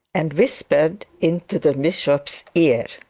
and whispered into the bishop's ear.